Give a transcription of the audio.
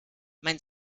mein